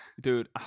dude